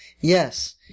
Yes